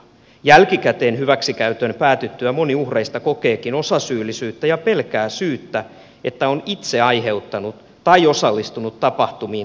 jälkikäteen hyväksikäytön päätyttyä moni uhreista kokeekin osasyyllisyyttä ja pelkää syyttä että on itse aiheuttanut tai osallistunut tapahtumiin tietoisesti